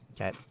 Okay